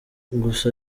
gusa